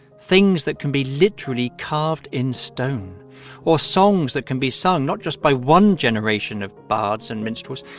things that can be literally carved in stone or songs that can be sung, not just by one generation of bards and minstrels,